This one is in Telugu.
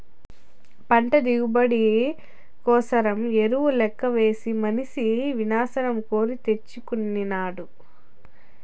పంట దిగుబడి కోసరం ఎరువు లెక్కవేసి మనిసి వినాశం కోరి తెచ్చుకొనినాడు